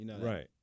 Right